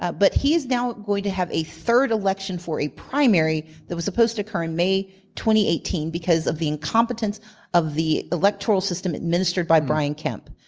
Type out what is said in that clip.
ah but he is now going to have a third election for a primary that was supposed to occur in may eighteen because of the incompetence of the electoral system administered by brian kemp.